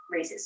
racist